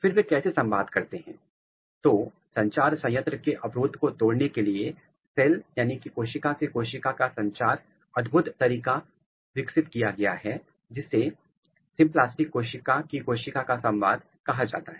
फिर वे कैसे संवाद करते हैं तो संचार संयंत्र के अवरोध को तोड़ने के लिए सेल से सेल संचार का अद्भुत तरीका विकसित किया गया है जिसे सिम्प्लास्टिक कोशिका की कोशिका का संवाद कहा जाता है